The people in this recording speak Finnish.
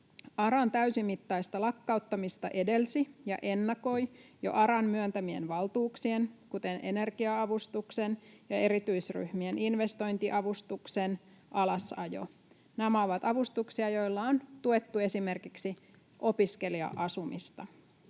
ARAn täysimittaista lakkauttamista edelsi ja ennakoi jo ARAn myöntämien valtuuksien, kuten energia-avustuksen ja erityisryhmien investointiavustuksen, alasajo. Nämä ovat avustuksia, joilla on tuettu esimerkiksi opiskelija-asumista.